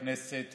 כאן בכנסת ישראל.